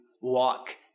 walk